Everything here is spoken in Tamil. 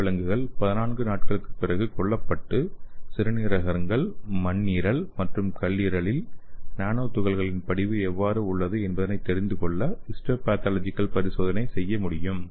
இந்த விலங்குகள் 14 நாட்களுக்குப் பிறகு கொல்லப்பட்டு சிறுநீரகங்கள் மண்ணீரல் மற்றும் கல்லீரலில் நானோ துகள்கள் படிவு எவ்வளவு உள்ளது என்பதைத் தெரிந்து கொள்ள ஹிஸ்டோபேதாலஜிகல் பரிசோதனை செய்ய முடியும்